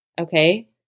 Okay